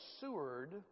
Seward